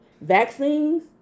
Vaccines